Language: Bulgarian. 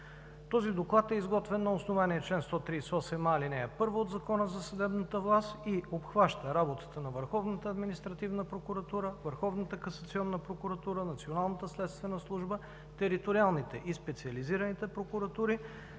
Този доклад е изготвен на основание чл. 138а, ал. 1 от Закона за съдебната власт и обхваща работата на Върховната административна прокуратура, Върховната касационна прокуратура, Националната следствена служба, териториалните и специализирани прокуратури,